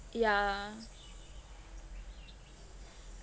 yeah